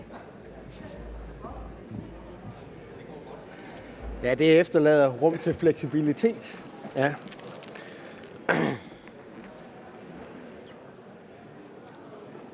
(V): Det efterlader rum til fleksibilitet.